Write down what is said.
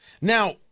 Now